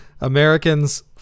Americans